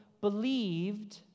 believed